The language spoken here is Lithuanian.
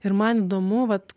ir man įdomu vat